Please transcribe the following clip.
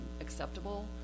acceptable